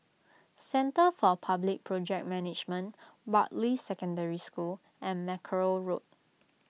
Centre for Public Project Management Bartley Secondary School and Mackerrow Road